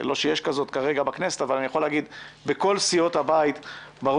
לא שיש כזאת כרגע בכנסת אבל אני יכול להגיד שבכל סיעות הבית ברור